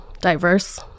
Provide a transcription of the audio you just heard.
diverse